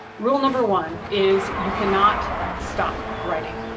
rule number one is you cannot stop writing.